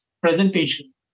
presentation